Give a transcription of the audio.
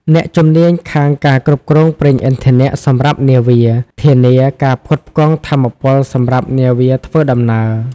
អ្នកជំនាញខាងការគ្រប់គ្រងប្រេងឥន្ធនៈសម្រាប់នាវា ធានាការផ្គត់ផ្គង់ថាមពលសម្រាប់នាវាធ្វើដំណើរ។